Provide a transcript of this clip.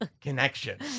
connection